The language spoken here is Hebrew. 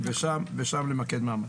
ושם למקד מאמץ.